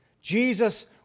Jesus